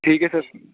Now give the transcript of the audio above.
ٹھیک ہے سر